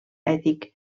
ètic